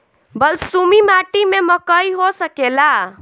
बलसूमी माटी में मकई हो सकेला?